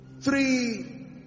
three